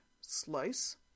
slice